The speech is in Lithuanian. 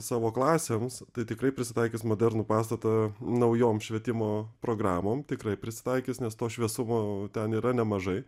savo klasėms tai tikrai prisitaikys modernų pastatą naujom švietimo programom tikrai prisitaikys nes to šviesumo ten yra nemažai